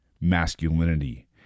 masculinity